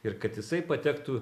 ir kad jisai patektų